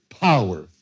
power